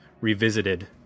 revisited